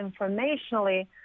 informationally